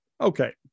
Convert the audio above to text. Okay